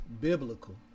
biblical